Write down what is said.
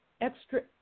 extra